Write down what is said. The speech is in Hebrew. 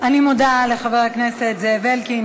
אני מודה לחבר הכנסת זאב אלקין,